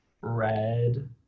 red